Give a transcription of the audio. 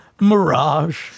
Mirage